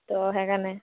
তো সেইকাৰণে